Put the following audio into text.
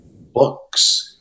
books